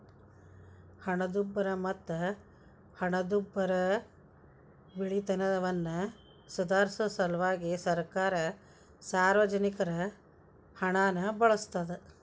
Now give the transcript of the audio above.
ಹಣದುಬ್ಬರ ಮತ್ತ ಹಣದುಬ್ಬರವಿಳಿತವನ್ನ ಸುಧಾರ್ಸ ಸಲ್ವಾಗಿ ಸರ್ಕಾರ ಸಾರ್ವಜನಿಕರ ಹಣನ ಬಳಸ್ತಾದ